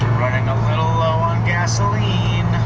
running a little low on gasoliiine!